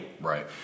right